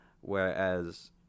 Whereas